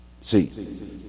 See